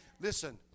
Listen